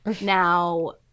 Now